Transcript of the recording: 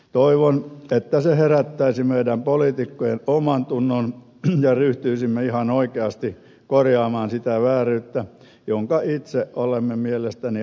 toivon että se herättäisi meidän poliitikkojen omantunnon ja ryhtyisimme ihan oikeasti korjaamaan sitä vääryyttä jonka itse olemme mielestäni aikaansaaneet